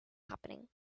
happening